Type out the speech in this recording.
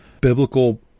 biblical